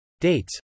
Dates